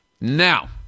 Now